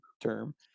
term